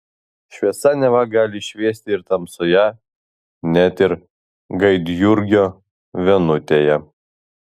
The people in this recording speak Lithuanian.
šviesa neva gali šviesti ir tamsoje net ir gaidjurgio vienutėje